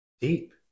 deep